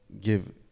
give